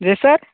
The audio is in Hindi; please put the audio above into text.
जी सर